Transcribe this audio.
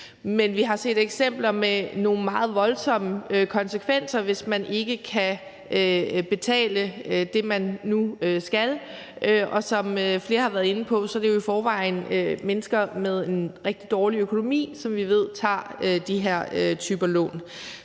Men vi har set eksempler med nogle meget voldsomme konsekvenser, hvis man ikke kan betale det, man nu skal. Og som flere har været inde på, er det jo i forvejen mennesker med en rigtig dårlig økonomi, som vi ved tager de her typer lån.